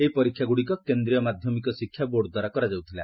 ଏହି ପରୀକ୍ଷାଗୁଡ଼ିକ କେନ୍ଦ୍ରୀୟ ମାଧ୍ୟମିକ ଶିକ୍ଷା ବୋର୍ଡ଼ଦ୍ୱାରା କରାଯାଉଥିଲା